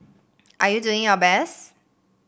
are you doing your best